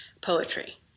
Poetry